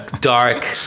dark